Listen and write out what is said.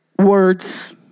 words